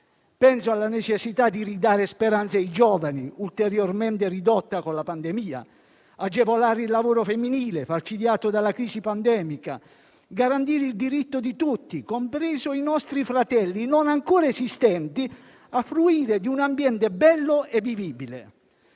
Penso alla necessità di ridare speranza ai giovani, ulteriormente ridotta con la pandemia; agevolare il lavoro femminile, falcidiato dalla crisi pandemica; garantire il diritto di tutti - sono compresi anche i nostri fratelli non ancora esistenti - a fruire di un ambiente bello e vivibile.